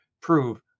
prove